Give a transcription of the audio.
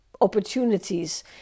opportunities